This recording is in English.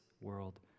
world